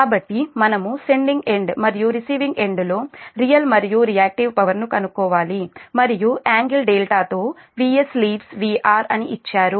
కాబట్టి మనము sending end మరియు రిసీవింగ్ ఎండ్ లో రియల్ మరియు రియాక్టివ్ పవర్ ను కనుక్కోవాలి మరియు యాంగిల్ δతో VS లీడ్స్ VR అని ఇచ్చారు